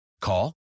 Call